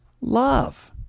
love